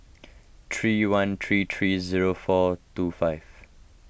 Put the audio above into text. three one three three zero four two five